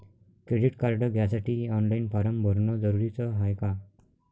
Credit card घ्यासाठी online form भरन जरुरीच हाय का?